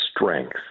strength